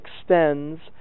extends